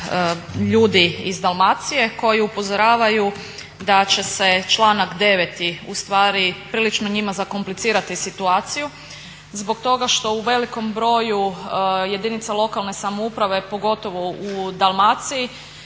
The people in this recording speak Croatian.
ljudi iz Dalmacije koji upozoravaju da će se članak 9. u stvari prilično njima zakomplicirati situaciju zbog toga što u velikom broju jedinica lokalne samouprave, pogotovo u Dalmaciji